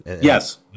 Yes